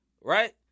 right